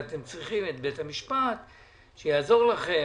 אז אתם צריכים את בית המשפט שיעזור לכם.